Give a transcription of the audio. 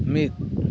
ᱢᱤᱫ